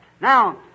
Now